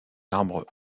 arbres